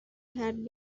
had